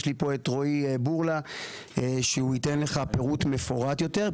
יש לי פה את רועי בורלא שהוא ייתן לך פירוט מפורט יותר.